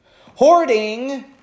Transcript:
Hoarding